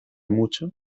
mucho